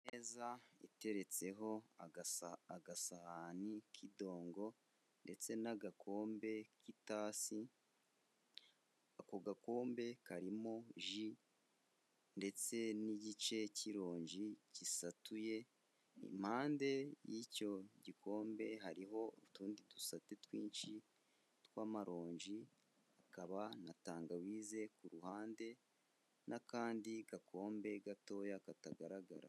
Imeza iteretseho agasahani k'idongo ndetse n'agakombe k'itasi ako gakombe karimo ji ndetse n'igice cy'ironji gisatuye impande y'icyo gikombe hariho utundi dusate twinshi tw'amaronji hakaba na tangawize ku ruhande n'akandi gakombe gatoya katagaragara.